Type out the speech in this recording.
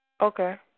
Okay